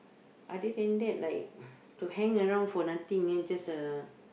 other than that like to hang around for nothing and just uh